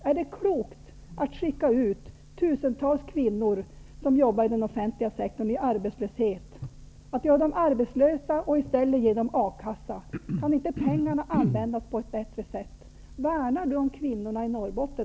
Är det klokt att skicka ut tusentals kvinnor som jobbar i den offentliga sektorn i arbetslöshet, att göra dem arbetslösa och i stället ge dem ersättning från A kassa? Kan inte pengarna användas på ett bättre sätt? Slår Olle Lindström vakt om kvinnorna i Norrbotten?